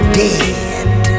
dead